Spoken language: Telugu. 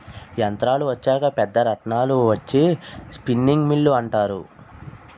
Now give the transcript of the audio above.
యంత్రాలు వచ్చాక పెద్ద రాట్నాలు వచ్చి స్పిన్నింగ్ మిల్లు అంటారు